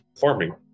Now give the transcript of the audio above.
farming